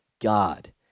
God